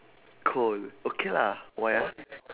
cold okay lah why ah